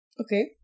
Okay